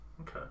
Okay